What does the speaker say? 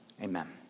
Amen